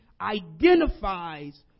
identifies